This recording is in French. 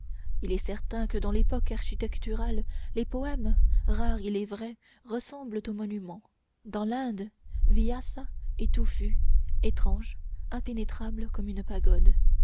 il est certain que dans l'époque architecturale les poèmes rares il est vrai ressemblent aux monuments dans l'inde vyasa est touffu étrange impénétrable comme une pagode